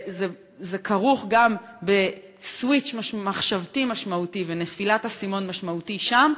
זה כרוך גם בסוויץ' מחשבתי משמעותי ונפילת אסימון משמעותי שם,